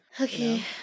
Okay